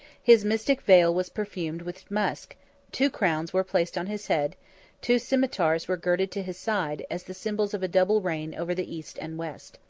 his mystic veil was perfumed with musk two crowns were placed on his head two cimeters were girded to his side, as the symbols of a double reign over the east and west.